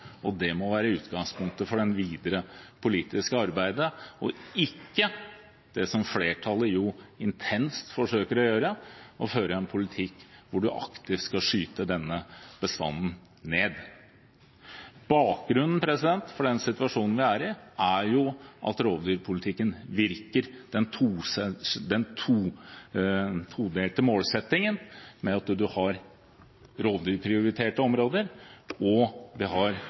bestandsnivå. Det må være utgangspunktet for det videre politiske arbeidet, og ikke det som flertallet intenst forsøker å gjøre, å føre en politikk hvor man aktivt skal skyte denne bestanden ned. Bakgrunnen for den situasjonen vi er i, er at rovdyrpolitikken virker. Den todelte målsettingen med at man har rovdyrprioriterte områder og beiteområder, virker gjennom at vi har